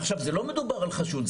ולא מדובר על חשוד,